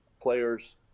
Players